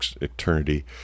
eternity